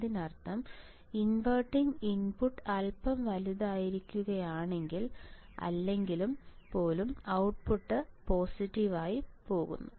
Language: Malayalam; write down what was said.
അതിനർത്ഥം ഇൻവെർട്ടിംഗ് ഇൻപുട്ട് അല്പം വലുതായിരിക്കുകയാണെങ്കിൽ ആണെങ്കിൽ പോലും ഔട്ട്പുട്ട് പോസിറ്റീവ് ആയി പോകുന്നു